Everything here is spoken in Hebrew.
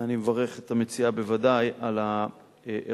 אני מברך את המציעה בוודאי על הערנות